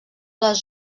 les